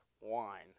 wine